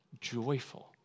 joyful